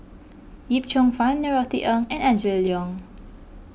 Yip Cheong Fun Norothy Ng and Angela Liong